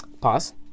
pause